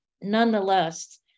Nonetheless